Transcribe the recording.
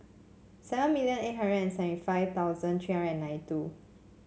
seven million eight hundred and seven five thousand three nine two